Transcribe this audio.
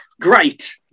Great